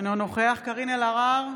אינו נוכח קארין אלהרר,